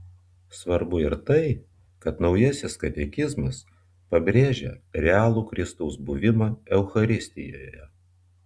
svarbu ir tai kad naujasis katekizmas pabrėžia realų kristaus buvimą eucharistijoje